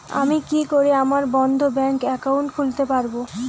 আমি কি করে আমার বন্ধ ব্যাংক একাউন্ট খুলতে পারবো?